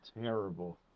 terrible